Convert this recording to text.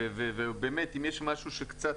אם יש משהו שקצת